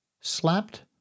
slapped